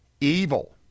evil